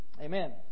Amen